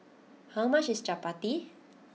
how much is Chappati